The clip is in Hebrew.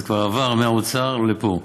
זה כבר עבר מהאוצר לפה.